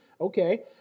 okay